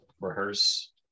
rehearse